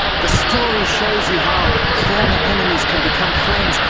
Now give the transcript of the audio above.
the story shows you how former enemies can become friends.